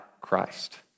Christ